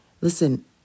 Listen